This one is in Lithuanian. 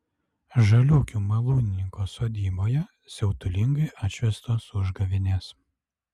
žaliūkių malūnininko sodyboje siautulingai atšvęstos užgavėnės